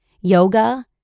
Yoga